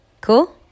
cool